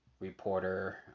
Reporter